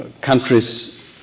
countries